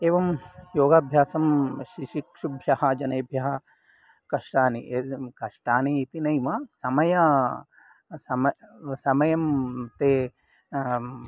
एवं योगाभ्यासं शिषिक्षुभ्यः जनेभ्यः कष्टानि कष्टानि इति नैव समयं समयं ते